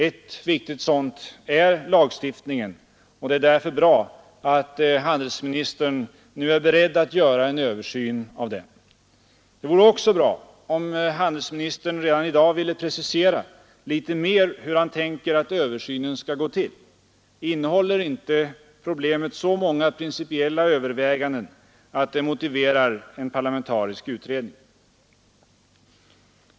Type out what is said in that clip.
Ett viktigt sådant är lagstiftningen, och det är därför bra att handelsministern nu är beredd att göra en översyn av den. Det vore också bra om handelsministern redan i dag ville precisera litet mer hur han tänker att översynen skall gå till. Innehåller inte problemet så många principiella överväganden att det motiverar en parlamentarisk utredning?